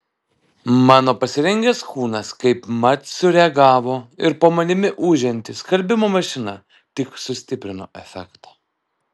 mano pasirengęs kūnas kaip mat sureagavo ir po manimi ūžianti skalbimo mašina tik sustiprino efektą